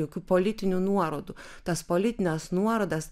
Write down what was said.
jokių politinių nuorodų tas politines nuorodas